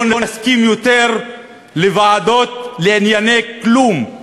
לא נסכים יותר לוועדות לענייני כלום,